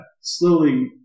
slowly